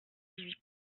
huit